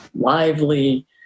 lively